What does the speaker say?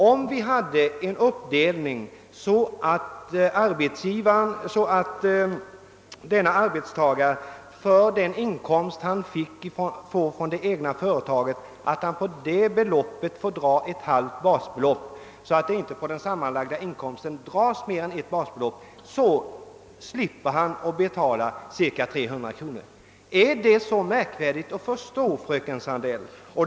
Om vi hade en ordning, där arbetstagaren för den inkomst han får från det egna företaget i det anförda exemplet skulle få dra av ett halvt basbelopp, så att från den sammanlagda inkomsten inte skulle dras mer än ett helt basbelopp, skulle vederbörande slippa betala cirka 300 kronor i avgift. är det så svårt att förstå, fröken Sandell?